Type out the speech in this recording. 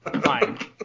Fine